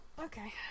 Okay